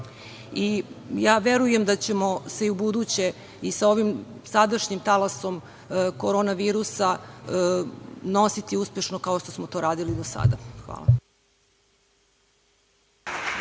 Verujem da ćemo se i ubuduće i sa ovim sadašnjim talasom korona virusa nositi uspešno kao što smo to radili do sada. Hvala.